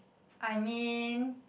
I mean